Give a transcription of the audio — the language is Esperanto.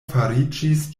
fariĝis